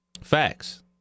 Facts